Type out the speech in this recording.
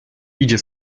idzie